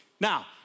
Now